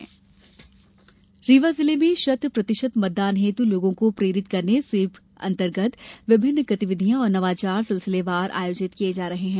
SVEEP अभियान रीवा जिले में शत प्रतिशत मतदान हेतु लोगों को प्रेरित करने स्वीप अंतर्गत विभिन्न गतिविधियाँ और नवाचार सिलसिलेवार आयोजित किये जा रहे हैं